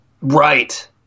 Right